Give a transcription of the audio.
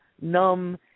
numb